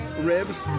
ribs